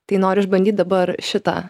tai noriu išbandyt dabar šitą